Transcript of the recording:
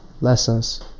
lessons